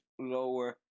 lower